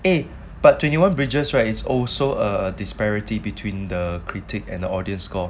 eh but twenty one bridges right it's also a disparity between the critic and the audience score